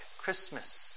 Christmas